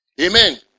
Amen